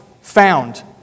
found